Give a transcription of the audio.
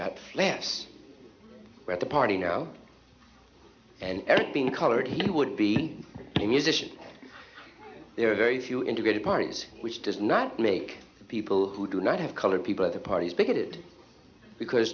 got last at the party no and being colored he would be a musician there are very few integrated parties which does not make people who do not have colored people or the party's bigoted because